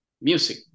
music